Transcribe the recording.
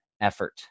effort